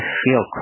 feel